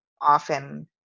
often